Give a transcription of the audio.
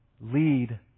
Lead